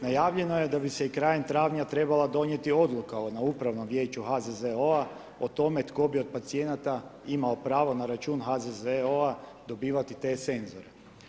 Najavljeno je da bi se krajem travnja trebala donijeti odluka na upravnom vijeću HZZO-a o tome tko bi od pacijenata imao pravo na račun HZZO-a dobivati te senzore.